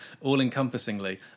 all-encompassingly